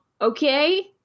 Okay